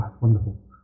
wonderful